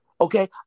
okay